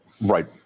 right